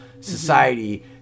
society